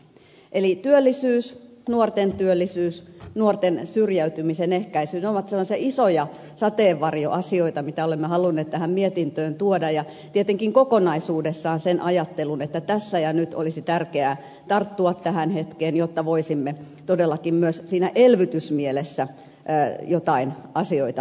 eli työllisyys nuorten työllisyys nuorten syrjäytymisen ehkäisy ne ovat sellaisia isoja sateenvarjoasioita mitä olemme halunneet tähän mietintöön tuoda ja tietenkin kokonaisuudessaan sen ajattelun että tässä ja nyt olisi tärkeää tarttua tähän hetkeen jotta voisimme todellakin myös siinä elvytysmielessä joitain asioita tehdä